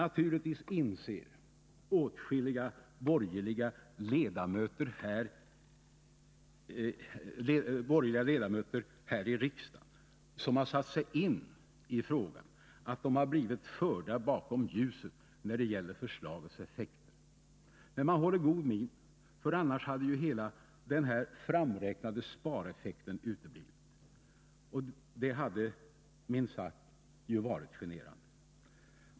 Naturligtvis inser åtskilliga borgerliga ledamöter här i riksdagen, 11 december 1980 som satt sig in i frågan, att de blivit förda bakom ljuset när det gäller förslagets effekter. Men man håller god min, för annars hade ju hela den Besparingar i framräknade spareffekten uteblivit. Och det hade minst sagt varit generan viva so : statsverksamheten, de.